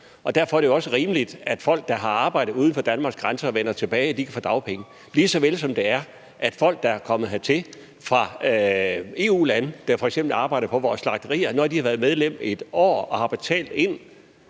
og derfor er det jo også rimeligt, at folk, der har arbejdet uden for Danmarks grænser og vender tilbage, kan få dagpenge, lige såvel som det er for folk, der er kommet hertil fra EU-lande, og som f.eks. arbejder på vores slagterier, og som, når de har været medlem af en a-kasse i et år og har betalt ind,